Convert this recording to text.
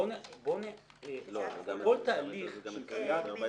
אני גם יכול להציע הצעה.